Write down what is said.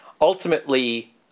Ultimately